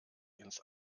ins